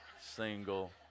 single